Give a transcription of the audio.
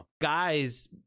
guys